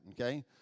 okay